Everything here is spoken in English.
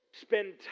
Spend